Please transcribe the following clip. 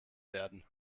werden